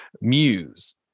Muse